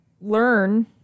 learn